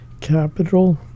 capital